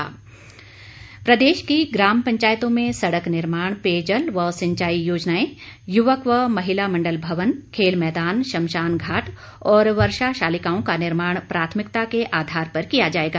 बरागटा प्रदेश की ग्राम पंचायतों में सड़क निर्माण पेयजल व सिंचाई योजनाएं युवक व महिला मंडल भवन खेल मैदान श्मशानघाट और वर्षा शालिकाओं का निर्माण प्राथमिकता के आधार पर किया जाएगा